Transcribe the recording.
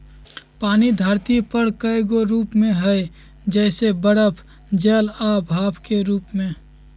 पानी धरती पर कए गो रूप में हई जइसे बरफ जल आ भाप के रूप में